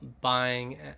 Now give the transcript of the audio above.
buying